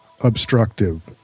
obstructive